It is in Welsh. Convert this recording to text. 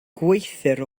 gweithiwr